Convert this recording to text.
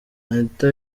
anitha